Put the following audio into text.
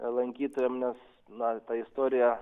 lankytojam nes na ta istorija